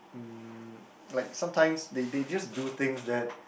um like sometimes they they just do things that